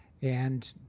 and